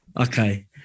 okay